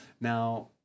Now